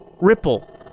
ripple